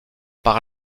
par